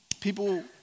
people